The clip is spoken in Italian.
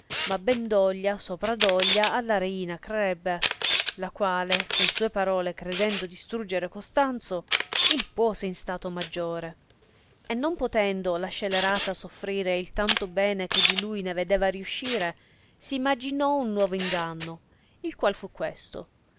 ma ben doglia sopra doglia alla reina crebbe la quale con sue parole credendo distruggere costanzo il puose in stato maggiore e non potendo la scelerata sofferire il tanto bene che di lui ne vedeva riuscire s imaginò un nuovo inganno il qual fu questo